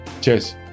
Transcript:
Cheers